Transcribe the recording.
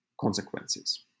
consequences